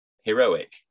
heroic